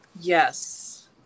Yes